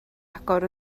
agor